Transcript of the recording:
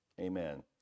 amen